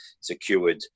secured